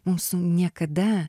mūsų niekada